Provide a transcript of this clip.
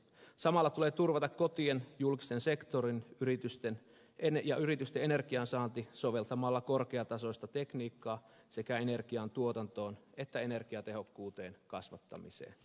samalla tulee turvata kotien julkisen sektorin ja yritysten energiansaanti soveltamalla korkeatasoista tekniikkaa sekä energiantuotantoon että energiatehokkuuden kasvattamiseen